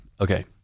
Okay